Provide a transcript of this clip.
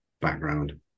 background